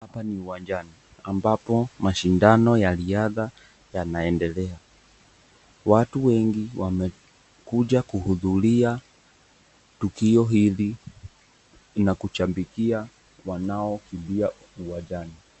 hapa ni uwanjani ambapo mashindano ya wanariadha yanaendelea. Watu wengi wamekuja kuhudhuria tukio hili na kuwashabikia wanao kimbia